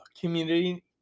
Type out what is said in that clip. community